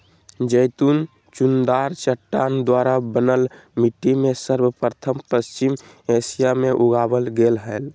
जैतून चुनादार चट्टान द्वारा बनल मिट्टी में सर्वप्रथम पश्चिम एशिया मे उगावल गेल हल